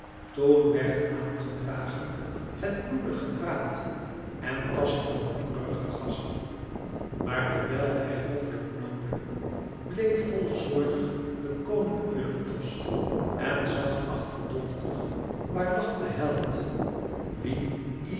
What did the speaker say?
toen werd aan gedragen het bloedig gebraad en tastten de hongerige gasten maar terwijl hij hoffelijk noodde bleef vol zorg de koning eurytos en zag achterdochtig waar lag de held wien